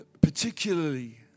particularly